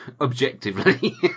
objectively